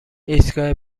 ایستگاه